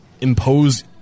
impose